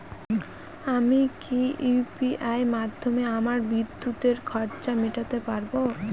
আমি কি ইউ.পি.আই মাধ্যমে আমার বিদ্যুতের খরচা মেটাতে পারব?